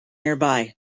nearby